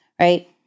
Right